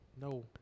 No